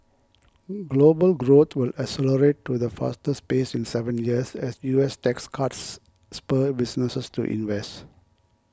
global growth will accelerate to the fastest pace in seven years as US tax cuts spur businesses to invest